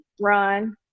run